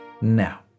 now